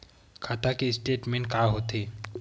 खाता के स्टेटमेंट का होथे?